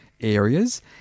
areas